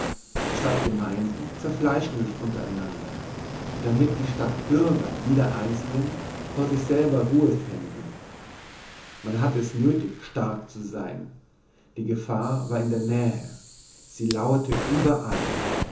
die stadtgemeinden zerfleischten sich unter einander damit die stadtbürger jeder einzelnen vor sich selber ruhe fänden man hatte es nöthig stark zu sein die gefahr war in der nähe sie lauerte überall